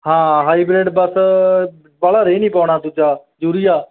ਹਾਂ ਹਾਈਬ੍ਰਿਡ ਬਸ ਬਾਹਲਾ ਰੇਹ ਨਹੀਂ ਪਾਉਣਾ ਦੂਜਾ ਯੂਰੀਆ